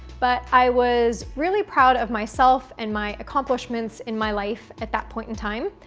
but i was really proud of myself and my accomplishments in my life at that point in time,